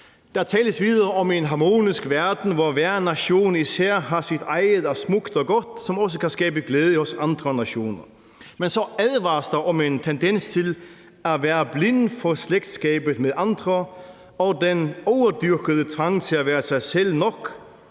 Der tales videre om en harmonisk verden, hvor hver nation især har sit eget, som er smukt og godt, og som også kan skabe glæde hos andre nationer. Men så advares der om en tendens til at være blind for slægtskabet med andre og den overdyrkede trang til at være sig selv nok,